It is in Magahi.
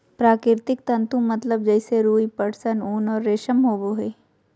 प्राकृतिक तंतु मतलब जैसे रुई, पटसन, ऊन और रेशम होबो हइ